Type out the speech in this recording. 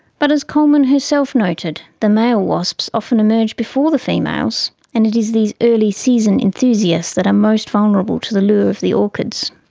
but as coleman herself noted, the male wasps often emerge before the females and it is these early season enthusiasts that are most vulnerable to the lure of the orchids.